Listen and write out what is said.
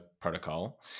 protocol